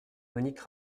monique